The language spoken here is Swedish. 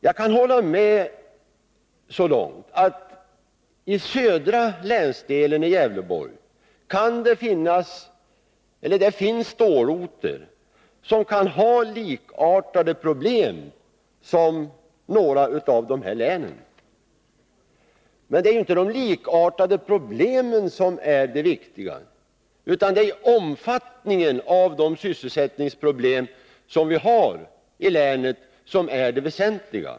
Jag kan hålla med så långt, att i den södra länsdelen i Gävleborgs län finns det stålorter som kan ha likartade problem som några av dessa län. Men det är ju inte de likartade problemen som är det viktiga, utan det är omfattningen av sysselsättningsproblemen i länet som är det väsentliga.